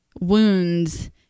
wounds